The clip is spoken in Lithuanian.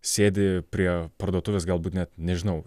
sėdi prie parduotuvės galbūt net nežinau